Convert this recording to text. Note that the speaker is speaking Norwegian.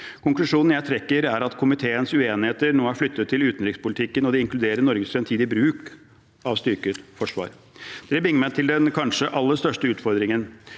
Konklusjonen jeg trekker, er at komiteens uenigheter nå er flyttet til utenrikspolitikken, og det inkluderer Norges fremtidige bruk av et styrket forsvar. Det bringer meg til den kanskje aller største utfordringen.